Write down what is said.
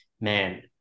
man